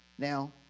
Now